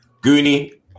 Goonie